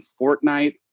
Fortnite